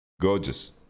Gorgeous